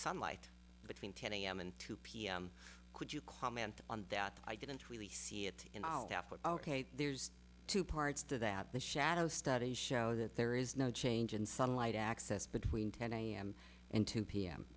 sunlight between ten am and two pm could you comment on that i didn't really see it in our output ok there's two parts to that the shadow studies show that there is no change in sunlight access between ten am and two p